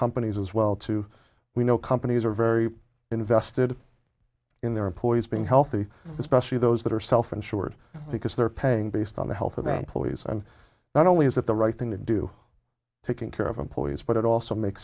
companies as well to we know companies are very invested in their employees being healthy especially those that are self insured because they're paying based on the health of the employees and not only is that the right thing to do taking care of employees but it also makes